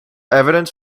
evidence